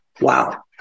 Wow